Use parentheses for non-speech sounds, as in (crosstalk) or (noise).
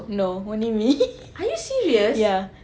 no only me (laughs) ya